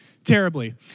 terribly